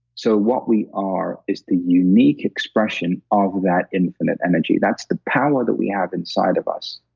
so, what we are is the unique expression of that infinite energy. that's the power that we have inside of us.